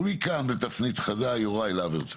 ומכאן, בתפנית חדה, יוראי להב הרצנו.